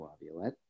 Laviolette